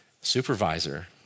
supervisor